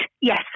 yes